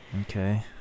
okay